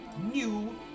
new